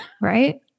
right